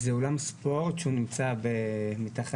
זה אולם ספורט שהוא נמצא מתחת,